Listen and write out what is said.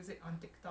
okay